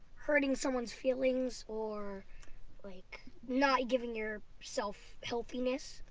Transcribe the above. hurting someone's feelings or like not giving your self healthiness?